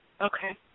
Okay